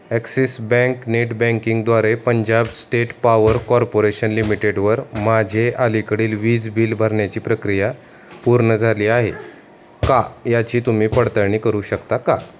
axis Bank net बँकिंगद्वारे Punjab State Power Corporation लिमिटेडवर माझे अलीकडील वीज बिल भरण्याची प्रक्रिया पूर्ण झाली आहे का याची तुम्ही पडताळणी करू शकता का